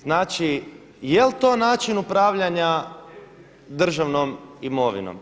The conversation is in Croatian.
Znači, jel' to način upravljanja državnom imovinom?